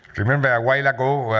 remember a while ago,